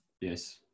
Yes